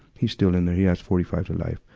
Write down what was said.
he's still in there he has forty five to life.